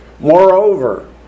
Moreover